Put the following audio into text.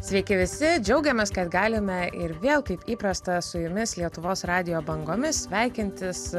sveiki visi džiaugiamės kad galime ir vėl kaip įprasta su jumis lietuvos radijo bangomis sveikintis